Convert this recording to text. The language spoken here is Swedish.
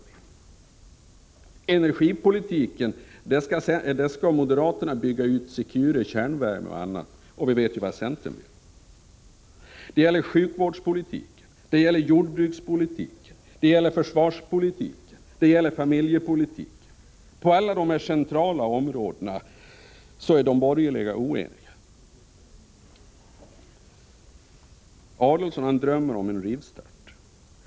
Och beträffande energipolitiken vill moderaterna bygga ut Secure kärnvärme och annat, och vi vet vad centern vill. Oenigheten gäller också sjukvårdspolitiken, jordbrukspolitiken, försvarspolitiken och familjepolitiken. På alla de centrala områdena är de borgerliga oeniga. Ulf Adelsohn drömmer om en rivstart.